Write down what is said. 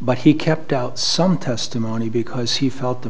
but he kept out some testimony because he felt the